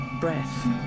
breath